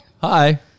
Hi